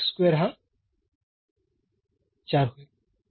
तर हा 4 होईल